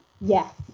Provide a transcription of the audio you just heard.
Yes